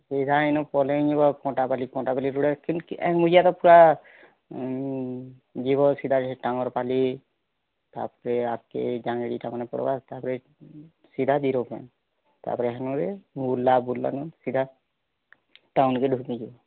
ଏଇଟା ଏଇନେ ପଲେଇଯିବ କଣ୍ଟାପାଲି କଣ୍ଟାପାଲିରୁ ପୂରା ଯିବ ସେ ଟଙ୍ଗରପାଲି ତାପରେ ଆଗ୍କେ ଜାଣି ତ ନ ପାରବା ତାପରେ ସିଧା ଜିରୋ ପଏଣ୍ଟ ତାପରେ ହନରେ ବୁଲା ବୁଲଣ ସିଧା ଟାଉନ୍ ଭିତରକୁ ନେଇ ଯିବ